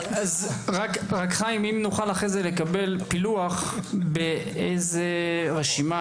אם נוכל אחרי זה לקבל פילוח או רשימה,